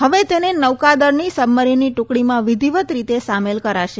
હવે તેને નોકાદળની સબમરીનની ટૂકડીમાં વિધિવત રીતે સામેલ કરાશે